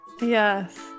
Yes